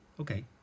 Okay